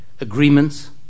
agreements